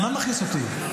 מה מכעיס אותי?